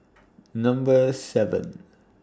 Number seven